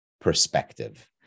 perspective